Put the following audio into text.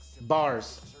bars